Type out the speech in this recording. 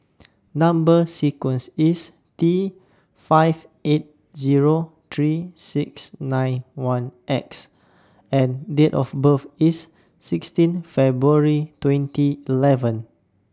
Number sequence IS T five eight Zero three six nine one X and Date of birth IS sixteen February twenty eleven